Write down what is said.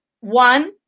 one